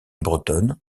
bretonne